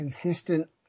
consistent